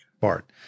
Bart